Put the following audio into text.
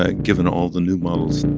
ah given all the new models